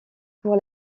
pour